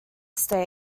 state